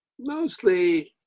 mostly